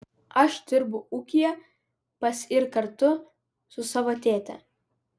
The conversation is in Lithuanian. aš dirbu ūkyje pas ir kartu su savo tėte